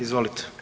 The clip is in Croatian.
Izvolite.